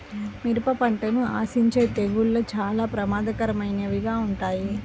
మిరప పంటను ఆశించే తెగుళ్ళు చాలా ప్రమాదకరమైనవిగా ఉంటాయి